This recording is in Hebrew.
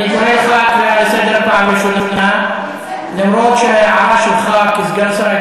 נושא אחד ומערבים אותו בנושא אחר, שום קשר.